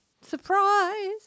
surprise